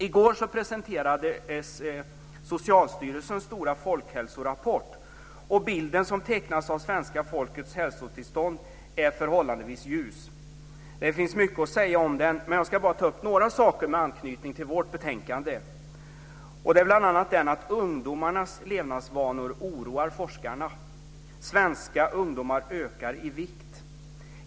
I går presenterades Socialstyrelsens stora folkhälsorapport, och bilden som tecknas av svenska folkets hälsotillstånd är förhållandevis ljus. Det finns mycket att säga om den, men jag ska bara ta upp några saker med anknytning till vårt betänkande. Det är bl.a. det att ungdomarnas levnadsvanor oroar forskarna. Svenska ungdomar ökar i vikt.